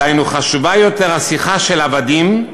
דהיינו חשובה יותר השיחה של עבדים,